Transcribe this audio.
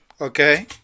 okay